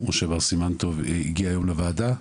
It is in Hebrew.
משה בר סימן טוב הגיע היום לוועדה.